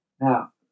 Now